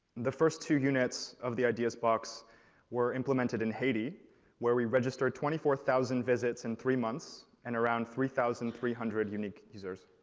the first two units of the ideas box were implemented in haiti where we registered twenty four thousand visits in three months and around three thousand three hundred unique users.